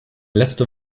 letzte